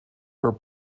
for